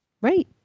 Right